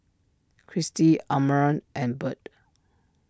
Kristy Amarion and Bird